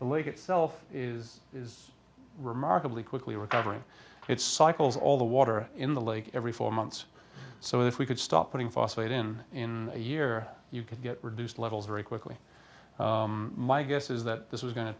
the lake itself is is remarkably quickly recovering its cycles all the water in the lake every four months so if we could stop putting phosphate in in a year you could get reduced levels very quickly my guess is that this is going to